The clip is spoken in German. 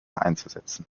einzusetzen